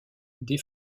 des